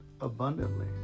abundantly